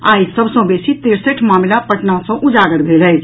आई सभ सँ बेसी तिरसठि मामिला पटना सँ उजागर भेल अछि